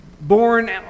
born